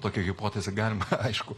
tokią hipotezę galima aišku